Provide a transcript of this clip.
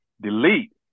delete